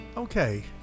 Okay